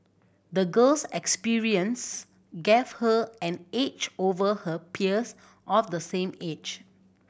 the girl's experience gave her an edge over her peers of the same age